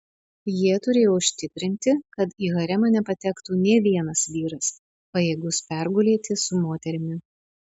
jie turėjo užtikrinti kad į haremą nepatektų nė vienas vyras pajėgus pergulėti su moterimi